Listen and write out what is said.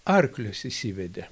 arklius išsiveda